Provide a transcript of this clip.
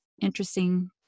interesting